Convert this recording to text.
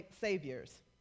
saviors